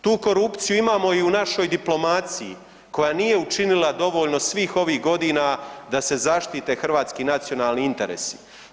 Tu korupciju imamo i u našoj diplomaciji koja nije učinila dovoljno svih ovih godina da se zaštite hrvatski nacionalni interesi.